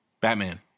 Batman